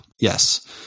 yes